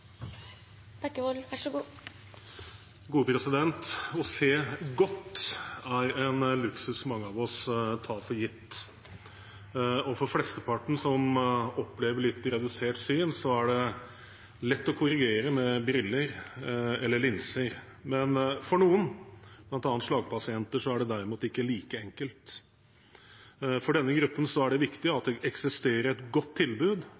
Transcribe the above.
en luksus mange av oss tar for gitt. For flesteparten som opplever litt redusert syn, er det lett å korrigere med briller eller linser, men for noen, bl.a. slagpasienter, er det derimot ikke like enkelt. For denne gruppen er det viktig at det eksisterer et godt tilbud,